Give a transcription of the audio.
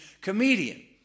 comedian